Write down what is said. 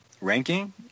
ranking